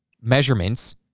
measurements